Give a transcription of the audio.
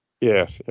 Yes